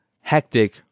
hectic